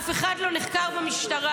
אף אחד לא נחקר במשטרה.